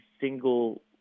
single